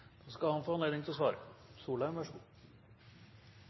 Da skal statsråd Solheim få anledning til å svare – vær så god.